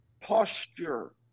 posture